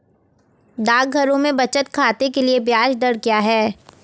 डाकघरों में बचत खाते के लिए ब्याज दर क्या है?